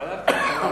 ועדת הכלכלה.